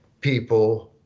people